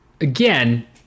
again